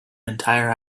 entire